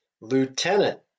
Lieutenant